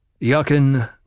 Yakin